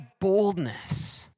boldness